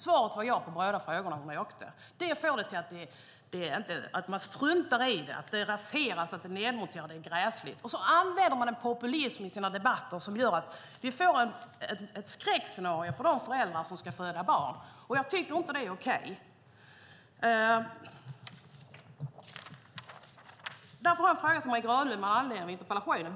Svaret var ja på båda frågorna, och hon åkte. Det får de till att man struntar i vården, att den nedmonteras och att det är gräsligt. Man använder en populism i debatterna som gör att vi får ett skräckscenario för de blivande föräldrar som ska föda barn. Jag tycker inte att det är okej. Jag har en fråga till Marie Granlund med anledning av interpellationen.